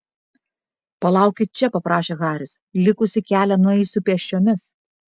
palaukit čia paprašė haris likusį kelią nueisiu pėsčiomis